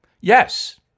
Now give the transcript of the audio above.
Yes